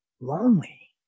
lonely